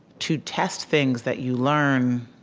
to test things that you learn,